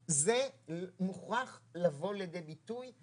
טוב, זה מוכרח לבוא לידי ביטוי.